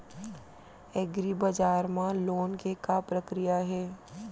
एग्रीबजार मा लोन के का प्रक्रिया हे?